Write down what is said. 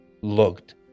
looked